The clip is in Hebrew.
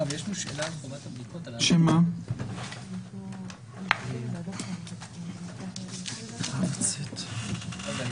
עם בדיקת אנטיגן, שד"ר אלרעי-פרייס התייחסה אליו